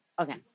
okay